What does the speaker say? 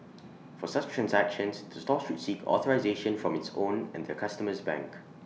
for such transactions the store should seek authorisation from its own and the customer's bank